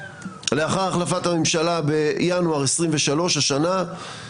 לאחר החלפת הממשלה בינואר 2023 השנה,